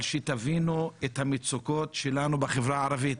אבל תבינו את המצוקות שלנו בחברה הערבית.